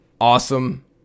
awesome